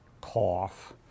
cough